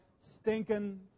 stinking